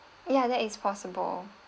ya that is possible